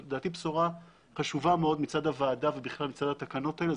לדעתי זאת בשורה חשובה מאוד מצד הוועדה ובכלל מצד התקנות האלה.